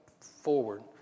forward